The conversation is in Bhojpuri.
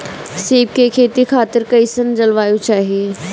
सेब के खेती खातिर कइसन जलवायु चाही?